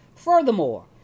Furthermore